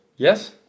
Yes